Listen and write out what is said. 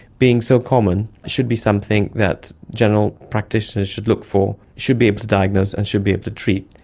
being so common, should be something that general practitioners should look for, should be able to diagnose and should be able to treat,